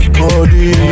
body